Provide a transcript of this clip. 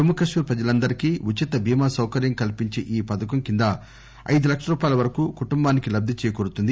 జమ్ముకశ్మీర్ ప్రజలందరికీ ఉచిత బీమా సౌకర్యం కల్పించే ఈ పథకం కింద ఐదు లక్షల రూపాయల వరకు కుటుంబానికి లబ్ది చేకూరుతుంది